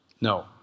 No